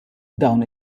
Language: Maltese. dawn